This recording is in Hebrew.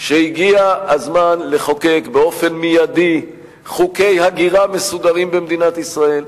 הגיע הזמן לחוקק באופן מיידי חוקי הגירה מסודרים במדינת ישראל.